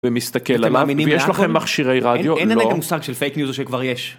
ומסתכל עליו, ויש לכם מכשירי רדיו, אין להם את המושג הזה של פייק ניוזר שכבר יש.